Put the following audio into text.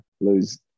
lose